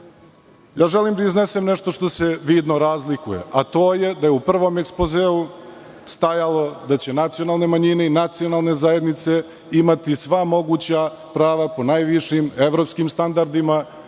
Želim da iznesem nešto što se vidno razlikuje, a to je da je u prvom ekspozeu stajalo da će nacionalne manjine i nacionalne zajednice imati sva moguća prava po najvišim evropskim standardima,